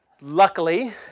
Luckily